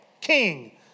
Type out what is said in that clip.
King